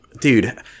dude